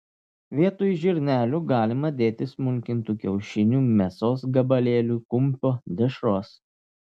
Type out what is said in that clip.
vietoj žirnelių galima dėti smulkintų kiaušinių mėsos gabalėlių kumpio dešros